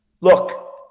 Look